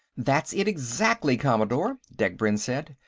that's it exactly, commodore, degbrend said.